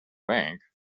bank